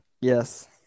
Yes